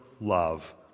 love